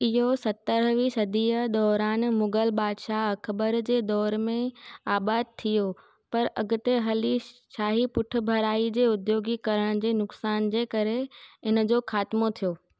इहो सतरवीं सदिअ दौरानि मुग़ल बादिशाह अकबर जे दौर में आबादु थियो पर अॻिते हली शाही पुठिभराई जे उद्योगिकीकरण जे नुक़सानु जे करे इनजो ख़ात्मो थियो